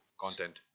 content